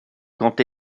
quand